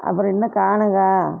அப்புறம் இன்னும் காணும்ங்க